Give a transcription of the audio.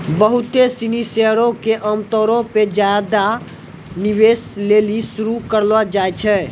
बहुते सिनी शेयरो के आमतौरो पे ज्यादे निवेश लेली शुरू करलो जाय छै